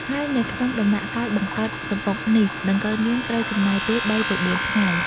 ហើយនៅក្នុងដំណាក់កាលបង្កើតសំបុកនេះដង្កូវនាងត្រូវចំណាយពេល ៣ ទៅ ៤ ថ្ងៃ។